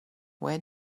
where